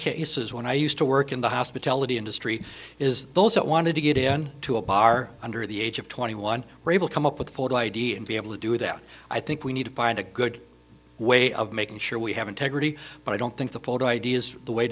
cases when i used to work in the hospitality industry is those that wanted to get in to a bar under the age of twenty one were able to come up with bold idea and be able to do that i think we need to find a good way of making sure we have integrity but i don't think the photo id is the way